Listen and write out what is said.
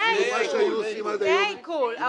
לפני העיקול.